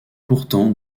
pourtant